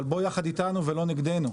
אבל בוא יחד איתנו ולא נגדנו,